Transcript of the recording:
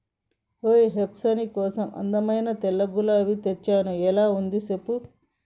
ఓయ్ హెప్సీ నీ కోసం అందమైన తెల్లని గులాబీ తెచ్చిన ఎలా ఉంది సెప్పు